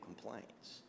complaints